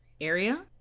area